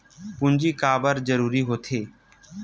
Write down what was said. पूंजी का बार जरूरी हो थे?